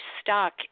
stuck